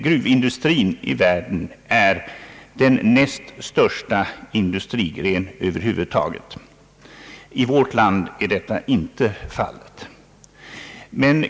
Gruvindustrin är den näst största industrigrenen i världen. I vårt land är så inte fallet.